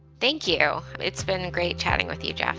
thank you. it's been a great chatting with you, jeff.